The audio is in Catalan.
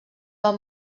del